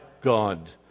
God